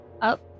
up